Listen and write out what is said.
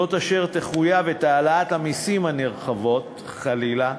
זה אשר יחייב את העלאת המסים הנרחבות, חלילה,